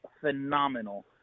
phenomenal